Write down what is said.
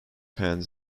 hens